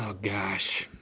ah gosh.